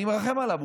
אני מרחם עליו.